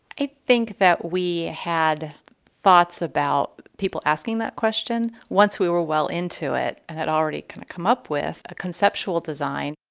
i think that we had thoughts about people asking that question. once we were well into it, i had already kind of come up with a conceptual design